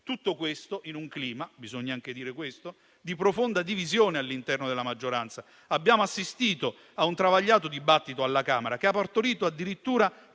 tutto questo in un clima di profonda divisione all'interno della maggioranza: bisogna dire anche questo. Abbiamo assistito a un travagliato dibattito alla Camera, che ha partorito addirittura